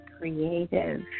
creative